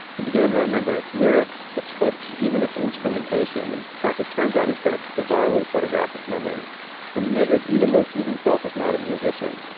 he began to remember its lyrics, its hooks, even its instrumentation. in fact, it turns out he's got a bizarrely photographic memory for music, even though he himself is not a musician.